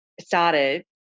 started